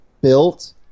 built